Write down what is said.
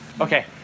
Okay